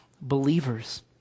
believers